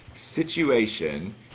situation